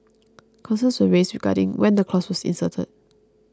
concerns were raised regarding when the clause was inserted